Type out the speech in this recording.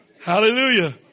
Hallelujah